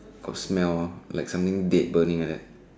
got smell uh like something dead burning like that